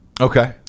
Okay